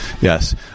yes